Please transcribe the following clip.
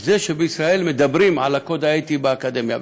זה שבישראל מדברים על הקוד האתי באקדמיה.